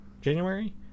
january